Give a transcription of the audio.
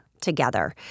together